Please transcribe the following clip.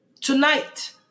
Tonight